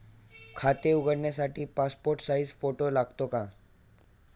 खाते उघडण्यासाठी passport size photo लागतो का?